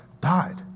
died